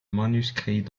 manuscrits